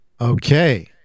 Okay